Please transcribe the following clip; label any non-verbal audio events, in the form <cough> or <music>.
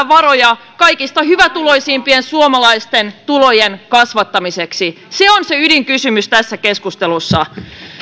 <unintelligible> varoja kaikista hyvätuloisimpien suomalaisten tulojen kasvattamiseksi se on se ydinkysymys tässä keskustelussa